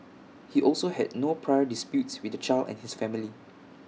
he also had no prior disputes with the child and his family